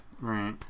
Right